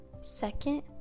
Second